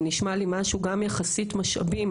זה נשמע לי משהו גם יחסית משאבים,